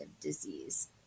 disease